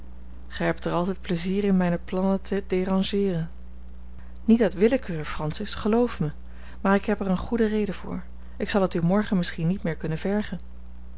gij hebt er altijd pleizier in mijne plannen te derangeeren niet uit willekeur francis geloof mij maar ik heb er eene goede reden voor ik zal het u morgen misschien niet meer kunnen vergen